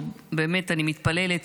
באמת אני מתפללת,